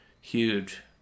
huge